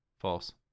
False